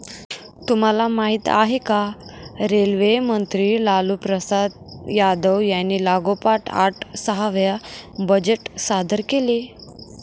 तुम्हाला माहिती आहे का? रेल्वे मंत्री लालूप्रसाद यादव यांनी लागोपाठ आठ सहा वेळा बजेट सादर केले